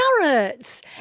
carrots